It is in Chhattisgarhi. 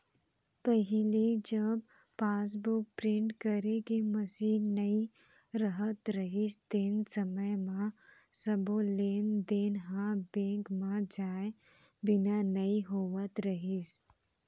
पहिली जब पासबुक प्रिंट करे के मसीन नइ रहत रहिस तेन समय म सबो लेन देन ह बेंक म जाए बिना नइ होवत रहिस